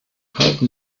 halten